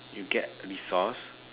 you get resource